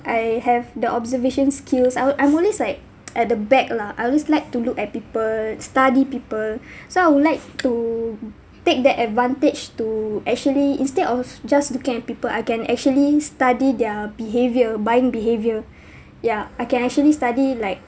I have the observation skills I would I'm always like at the back lah I always like to look at people study people so I would like to take that advantage to actually instead of just looking at people I can actually study their behaviour buying behaviour ya I can actually study like